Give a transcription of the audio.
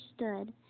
understood